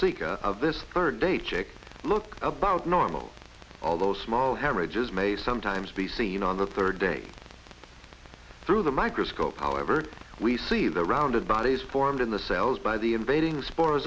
speak of this bird a chick looked about normal although small haemorrhages may sometimes be seen on the third day through the microscope however we see the rounded bodies formed in the cells by the invading spores